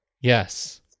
Yes